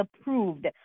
approved